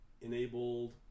enabled